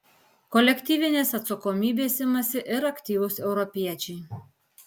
kolektyvinės atsakomybės imasi ir aktyvūs europiečiai